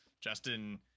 Justin